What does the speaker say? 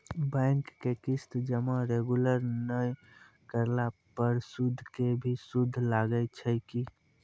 Bank के किस्त जमा रेगुलर नै करला पर सुद के भी सुद लागै छै कि?